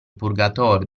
purgatorio